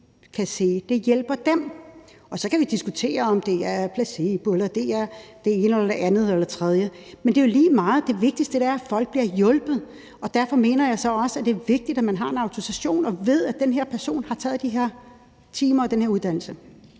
kan se, at det hjælper dem. Og så kan vi diskutere, om det er placeboeffekt, eller om det er ene, det andet eller det tredje, men det er jo lige meget – det vigtigste er, at folk bliver hjulpet, og derfor mener jeg så også, at det er vigtigt, at man har en autorisation, og at folk ved, at den her person har taget den her uddannelse